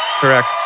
Correct